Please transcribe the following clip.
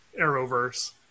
Arrowverse